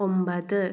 ഒമ്പത്